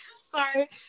Sorry